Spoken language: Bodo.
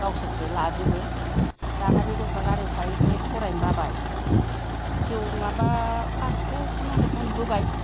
गावसोरसो लाजोबो दाना बे गथ'आ गारियाव थायै थायै फरायनो बाबाय फिउ माबा फासखौ खुनुरुखुम होबाय